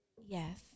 Yes